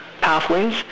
pathways